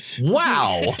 Wow